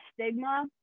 stigma